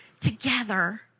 together